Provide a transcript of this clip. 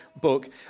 book